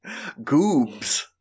Goobs